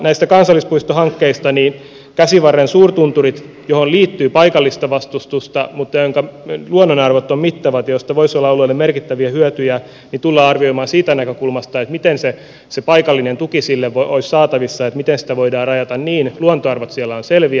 näistä kansallispuistohankkeista käsivarren suurtunturit joihin liittyy paikallista vastustusta mutta joiden luonnonarvot ovat mittavat joista voisi olla alueelle merkittäviä hyötyjä tullaan arvioimaan siitä näkökulmasta miten se paikallinen tuki olisi saatavissa miten sitä voidaan rajata niin että luontoarvot siellä ovat selviä